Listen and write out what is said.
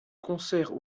concerts